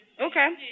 Okay